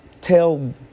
tell